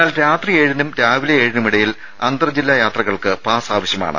എന്നാൽ രാത്രി ഏഴിനും രാവിലെ ഏഴിനുമിടയിൽ അന്തർ ജില്ലാ യാത്രകൾക്ക് പാസ് ആവശ്യമാണ്